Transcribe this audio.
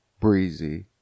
breezy